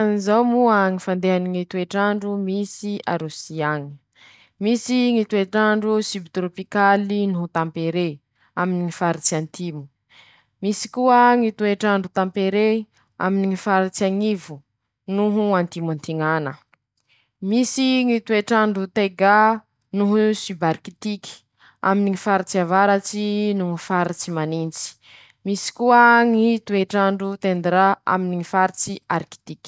MMM zao moa ñy fandehany ñy toetr'andro misy a Rosyy añy: Misy ñy toetr'andro sibitorôpikaly noho tampéré aminy ñy faritsy antimo, misy koa ñy toetr'andro tamperé aminy ñy faritsy añivo noho antimo antiñana, misy ñy toetr'andro taiga noho sibarikitiky aminy ñy faritsy avaratsy noho ñy faritsy manintsy, misy koa ñy toetr'andro teindira aminy ñy faritsy arik.